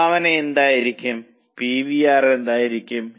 സംഭാവന എന്തായിരിക്കും പിവിആർ എന്തായിരിക്കും